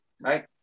right